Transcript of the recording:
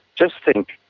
just think,